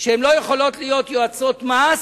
שהן לא יכולות להיות יועצות מס